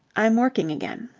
i'm working again.